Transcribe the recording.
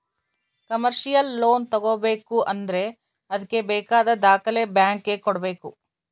commercial loan ತಗೋಬೇಕು ಅಂದ್ರೆ ಅದ್ಕೆ ಬೇಕಾದ ದಾಖಲೆ ಬ್ಯಾಂಕ್ ಗೆ ಕೊಡ್ಬೇಕು